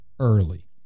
early